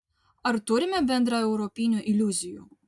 ar turime bendraeuropinių iliuzijų